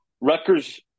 Rutgers –